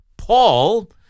Paul